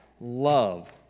love